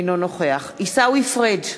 אינו נוכח עיסאווי פריג'